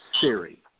Siri